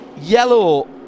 yellow